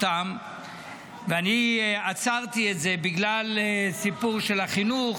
ואני עצרתי את זה בגלל הסיפור של החינוך,